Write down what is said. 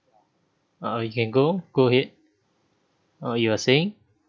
uh you can go go ahead you were saying